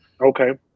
Okay